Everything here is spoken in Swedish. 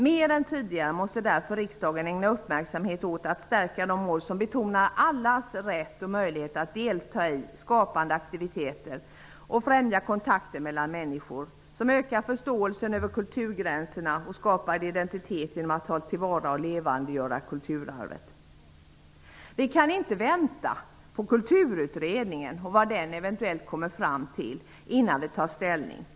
Mer än tidigare måste därför riksdagen ägna uppmärksamhet åt att stärka de mål som betonar allas rätt och möjlighet att delta i skapande aktiviteter, som främjar kontakten mellan människor, ökar förståelsen över kulturgränser och skapar identitet genom att ta till vara och levandegöra kulturarvet. Vi kan inte vänta på Kulturutredningen och på vad den eventuellt kommer fram till innan vi tar ställning.